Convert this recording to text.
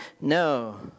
no